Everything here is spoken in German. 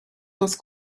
das